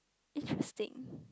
interesting